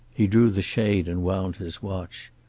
he drew the shade and wound his watch.